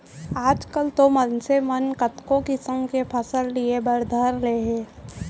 आजकाल तो मनसे मन कतको किसम के फसल लिये बर धर ले हें